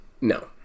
No